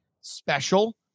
Special